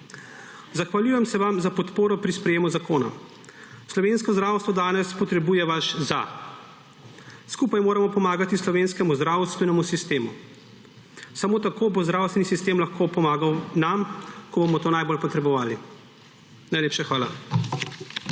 Zahvaljujem se vam za podporo pri sprejetju zakona. Slovensko zdravstvo danes potrebuje vaš »za«. Skupaj moramo pomagati slovenskemu zdravstvenemu sistemu, samo tako bo zdravstveni sistem lahko pomagal nam, ko bomo to najbolj potrebovali. Najlepša hvala.